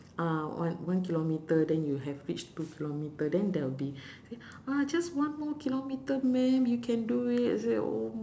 ah one one kilometer then you have reached two kilometre then there will be just one more kilometer ma'am you can do it I say oh